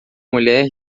mulher